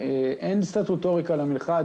אין סטטוטוריקה למנחת.